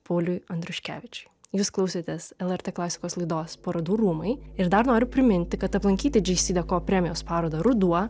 pauliui andriuškevičiui jūs klausėtės lrt klasikos laidos parodų rūmai ir dar noriu priminti kad aplankyti džeisideko premijos parodą ruduo